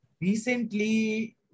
Recently